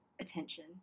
attention